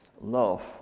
love